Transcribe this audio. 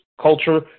culture